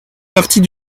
partie